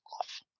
off